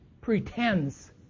pretends